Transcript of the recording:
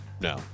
No